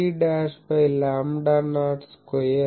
2ab by lambda naught square